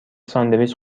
ساندویچ